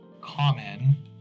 common